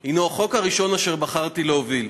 הוא החוק הראשון אשר בחרתי להוביל.